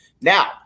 Now